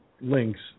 links